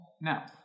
Now